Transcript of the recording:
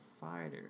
Fighter